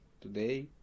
today